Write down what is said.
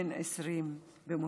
בן 20 במותו.